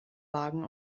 wagen